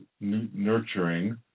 nurturing